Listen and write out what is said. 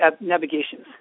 navigations